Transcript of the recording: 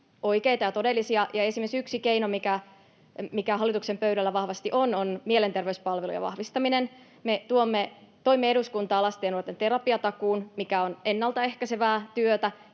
oikeita ja todellisia. Esimerkiksi yksi keino, mikä hallituksen pöydällä vahvasti on, on mielenterveyspalvelujen vahvistaminen. Me toimme eduskuntaan lasten ja nuorten terapiatakuun, mikä on ennalta ehkäisevää työtä,